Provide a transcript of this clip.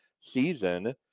season